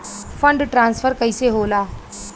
Fund transfer कैसे होला?